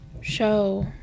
show